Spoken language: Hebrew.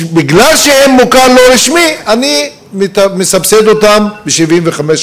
מכיוון שהם מוכר לא רשמי, אני מסבסד אותם ב-75%,